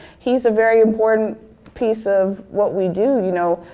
he's a very important piece of what we do, you know.